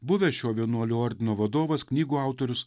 buvęs šio vienuolių ordino vadovas knygų autorius